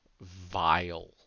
vile